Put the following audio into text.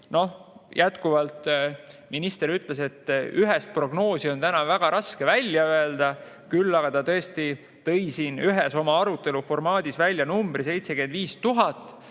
Noh, jätkuvalt, minister ütles, et ühest prognoosi on täna väga raske välja öelda, küll aga ta tõesti tõi siin ühes oma aruteluformaadis välja numbri 75 000.